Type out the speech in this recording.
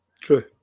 True